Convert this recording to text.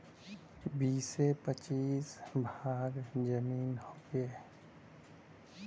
बीसे पचीस भाग जमीन हउवे